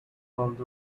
called